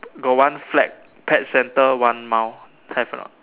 got one flag pet centre one mile have or not